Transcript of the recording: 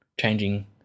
changing